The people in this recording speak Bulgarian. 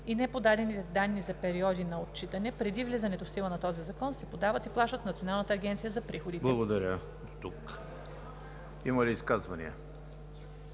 и неподадените данни за периоди на отчитане, преди влизането в сила на този закон, се подават и плащат в Националната агенция за приходите.“ ПРЕДСЕДАТЕЛ ЕМИЛ ХРИСТОВ: Благодаря. Има ли изказвания?